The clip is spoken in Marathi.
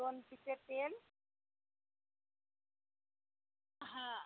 दोन पिशव्या तेल हा